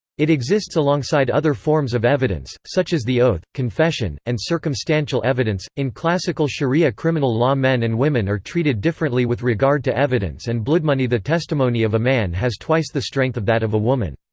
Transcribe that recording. it exists alongside other forms of evidence, such as the oath, confession, and circumstantial evidence in classical shari'a criminal law men and women are treated differently with regard to evidence and bloodmoney the testimony of a man has twice the strength of that of a woman.